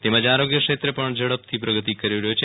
તેમજ આરોગ્ય ક્ષેત્રે પણ ઝડપથી પ્રગતિ કરી રહ્યો છે